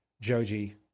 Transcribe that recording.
Joji